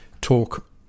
talk